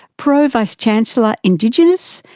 pro vice-chancellor indigenous,